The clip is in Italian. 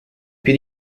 più